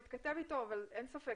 אבל אין ספק